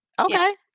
okay